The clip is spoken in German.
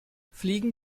fliegen